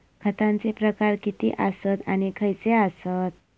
खतांचे प्रकार किती आसत आणि खैचे आसत?